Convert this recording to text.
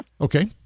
Okay